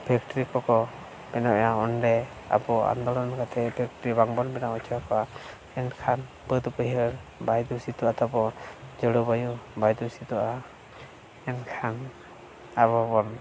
factory ᱠᱚᱠᱚ ᱵᱮᱱᱟᱣᱮᱜᱼᱟ ᱚᱸᱰᱮ ᱟᱵᱚ ᱟᱱᱫᱳᱞᱚᱱ ᱠᱟᱛᱮᱫ ᱯᱷᱮᱠᱴᱨᱤ ᱵᱟᱝᱵᱚᱱ ᱵᱮᱱᱟᱣ ᱦᱚᱪᱚᱣᱟ ᱠᱚᱣᱟ ᱮᱱᱠᱷᱟᱱ ᱵᱟᱹᱫᱽ ᱵᱟᱹᱭᱦᱟᱹᱲ ᱵᱟᱭ ᱫᱩᱥᱤᱛᱚᱜ ᱛᱟᱵᱚ ᱡᱚᱞᱚᱵᱟᱭᱩ ᱵᱟᱭ ᱫᱩᱥᱤᱛᱚᱜᱼᱟ ᱮᱱᱠᱷᱟᱱ ᱟᱵᱚᱵᱚᱱ